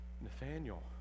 Nathaniel